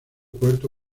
cuarto